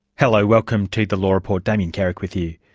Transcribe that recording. hello, welcome to the law report, damien carrick with you.